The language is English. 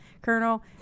Colonel